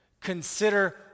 consider